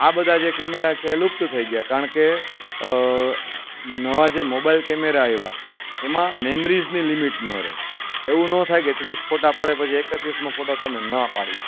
આ બધા જે કેમેરા છે એ લુપ્ત થઈ ગયા કારણ કે નવા જે મોબાઈલ કેમેરા આવ્યા એમા મેમરીની લિમિટનો રહી એવું નો થાય કે ત્રીસ પડે પછી એકત્રીસમો ફોટો તમે ના પાડી શકો